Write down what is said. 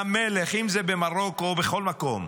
והמלך, אם זה במרוקו או בכל מקום,